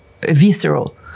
visceral